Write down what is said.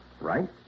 Right